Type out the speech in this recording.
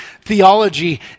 Theology